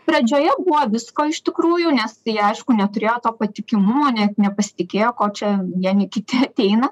pradžioje buvo visko iš tikrųjų nes tai aišku neturėjo to patikimumo ne nepasitikėjo ko čia vieni kiti ateina